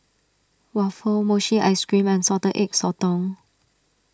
Waffle Mochi Ice Cream and Salted Egg Sotong